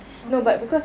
apa